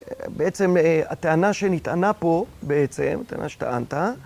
בעצם, אה... הטענה שנטענה פה, בעצם, הטענה שטענת...